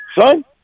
son